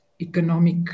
economic